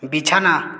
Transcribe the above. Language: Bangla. বিছানা